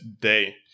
day